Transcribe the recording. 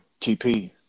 TP